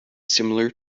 similar